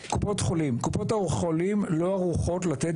קופות חולים קופות החולים לא ערוכות לתת